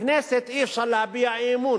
בכנסת אי-אפשר להביע אי-אמון.